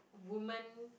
woman